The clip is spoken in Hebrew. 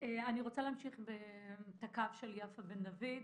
אני רוצה להמשיך את הקו של יפה בן דויד.